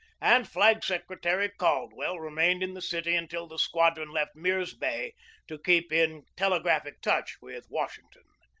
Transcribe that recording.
and flag-secretary cald well remained in the city until the squadron left mirs bay to keep in telegraphic touch with wash ington.